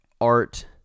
art